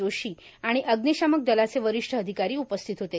जोशी आणि अग्निशामक दलाचे वरिष्ठ अधिकारी उपस्थित होते